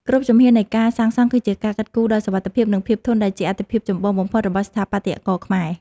គ្រប់ជំហាននៃការសាងសង់គឺជាការគិតគូរដល់សុវត្ថិភាព និង ភាពធន់ដែលជាអាទិភាពចម្បងបំផុតរបស់ស្ថាបត្យករខ្មែរ។